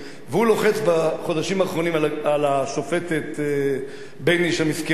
והוא לוחץ בחודשים האחרונים על השופטת בייניש המסכנה,